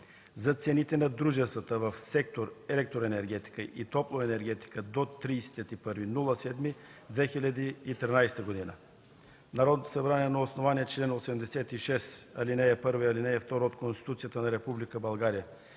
за цените на дружествата в сектор „Електроенергетика и топлоенергетика” до 31 юли 2013 г. „Народното събрание на основание чл. 86, ал. 1 и 2 от Конституцията на